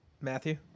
Matthew